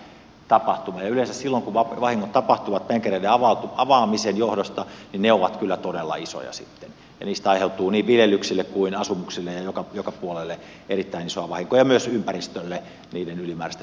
yleensä silloin kun vahingot tapahtuvat penkereiden avaamisen johdosta ne ovat kyllä todella isoja sitten ja niistä aiheutuu niin viljelyksille kuin asumuksille ja joka puolelle erittäin isoa vahinkoa ja myös ympäristölle niiden ylimmästä